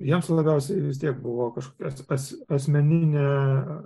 jiems labiausiai vis tiek buvo kažkokia as asmeninė